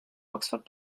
oxford